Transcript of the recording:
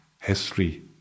history